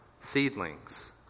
Seedlings